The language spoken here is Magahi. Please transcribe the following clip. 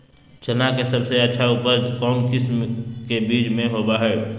चना के सबसे अच्छा उपज कौन किस्म के बीच में होबो हय?